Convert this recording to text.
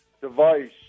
device